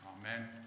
Amen